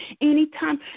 anytime